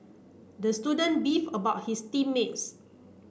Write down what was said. the student beef about his team mates